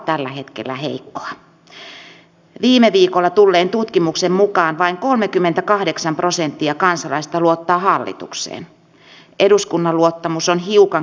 oikeastaan tuo edustaja heinäluoman kysymys alleviivaa vielä sitä onko tässä olemassa riittävä poliittinen konsensus näin isoille hankinnoille